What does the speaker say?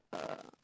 uh